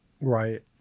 Right